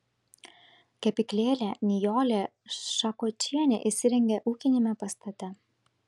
kepyklėlę nijolė šakočienė įsirengė ūkiniame pastate